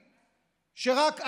שרק,